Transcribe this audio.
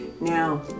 Now